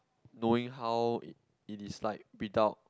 knowing how it is like without